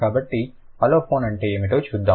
కాబట్టి అలోఫోన్ అంటే ఏమిటో చూద్దాం